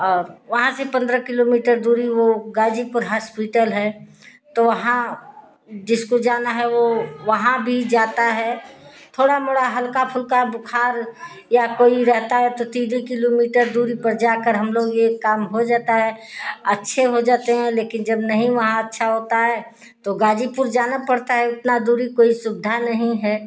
और वहाँ से पंद्रह किलोमीटर दूरी वो गाजीपुर हॉस्पिटल है तो वहाँ जिसको जाना है वो वहाँ भी जाता है थोड़ा मोरा हल्का फुल्का बुखार या कोई रहता है तो तिने किलोमीटर दूरी पर जाकर हम लोग के काम हो जाता है अच्छे हो जाते हैं लेकिन जब नहीं वहाँ अच्छा होता है तो गाजीपुर जाना पड़ता है उतना दूरी कोई सुविधा नहीं है